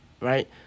right